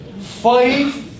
five